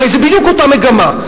הרי זו בדיוק אותה מגמה.